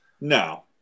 no